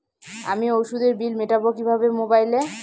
আমি ওষুধের বিল মেটাব কিভাবে মোবাইলে?